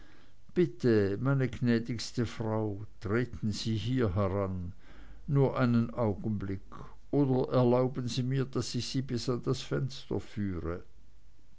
bitte meine gnädigste frau treten sie hier heran nur einen augenblick oder erlauben sie mir daß ich sie bis an das fenster führe